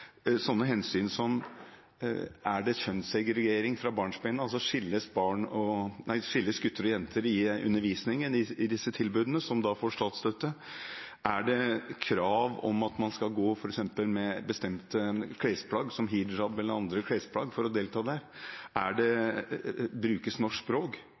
Er det kjønnssegregering fra barnsben av – skilles gutter og jenter i undervisningen i de tilbudene som får statsstøtte? Er det krav om at man skal gå med bestemte klesplagg, f.eks. hijab, for å delta der? Brukes norsk språk, eller er det andre språk undervisningen foregår på? Det er veldig viktige faktorer for det